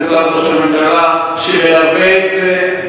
וזה משרד ראש הממשלה שמלווה את זה.